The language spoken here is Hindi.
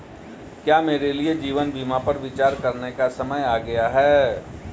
क्या मेरे लिए जीवन बीमा पर विचार करने का समय आ गया है?